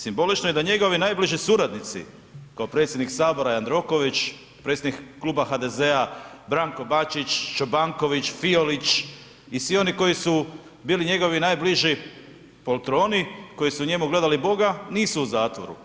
Simbolično je da njegovi najbliži suradnici, kao predsjednik Sabora Jandroković, predsjednik Kluba HDZ-a Branko Bačić, Čobanković, Fiolić i svi oni koji su bili njegovi najbliži poltroni koji su u njemu gledali Boga, nisu u zatvoru.